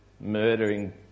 murdering